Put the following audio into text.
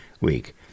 week